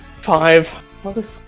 Five